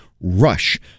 rush